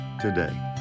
today